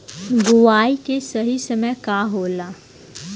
बुआई के सही समय का होला?